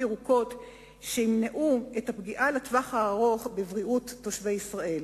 ירוקות שימנעו פגיעה לטווח הארוך בבריאות תושבי ישראל.